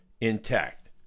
intact